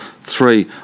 three